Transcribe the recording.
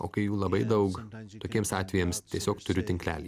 o kai jų labai daug tokiems atvejams tiesiog turiu tinklelį